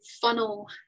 funnel